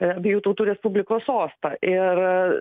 abiejų tautų respublikos sostą ir